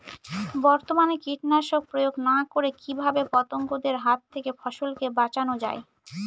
বর্তমানে কীটনাশক প্রয়োগ না করে কিভাবে পতঙ্গদের হাত থেকে ফসলকে বাঁচানো যায়?